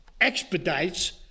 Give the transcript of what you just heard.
expedites